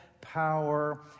power